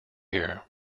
here